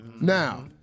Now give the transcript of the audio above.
Now